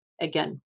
Again